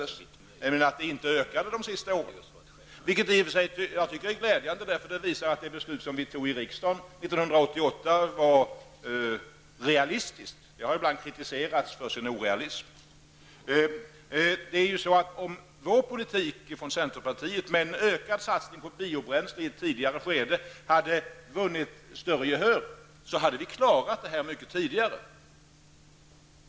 Dessa siffror har inte ökat under de senaste åren, och det är glädjande, eftersom det visar att det beslut vi 1988 fattade i riksdagen var realistiskt; det har ibland kritiserats för att vara orealistiskt. Om den politik som centerpartiet driver, med en ökad satsning på biobränslen i ett tidigare skede, hade vunnit större gehör, så hade vi uppnått detta mycket tidigare.